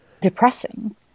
depressing